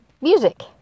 music